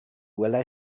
welai